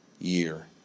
year